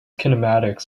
kinematics